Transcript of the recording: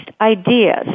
ideas